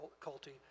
difficulty